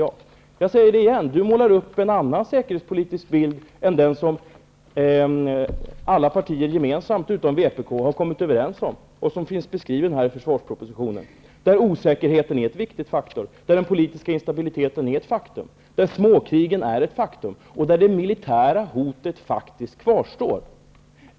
Jag säger det igen: Martin Nilsson målar upp en annan säkerhetspolitisk bild än den som alla partier gemensamt utom vänsterpartiet har kommit överens om och som finns beskriven här i försvarspropositionen. Osäkerheten, den politiska instabiliteten och småkrigen är viktiga faktorer, och det militära hotet kvarstår.